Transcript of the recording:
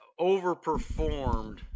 overperformed